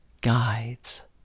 guides